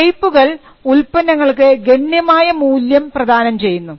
ഷേപ്പുകൾ ഉൽപ്പന്നങ്ങൾക്ക് ഗണ്യമായ മൂല്യം പ്രദാനം ചെയ്യുന്നു